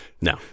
No